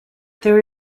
there